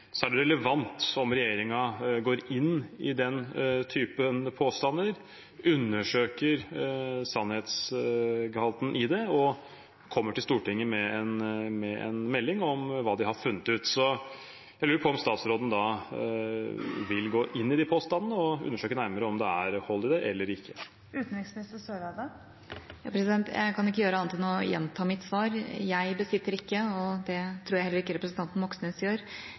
Så jeg lurer på om statsråden vil gå inn i de påstandene og undersøke nærmere om det er hold i dem eller ikke. Jeg kan ikke gjøre annet enn å gjenta mitt svar. Jeg besitter ikke – og det tror jeg heller ikke representanten Moxnes gjør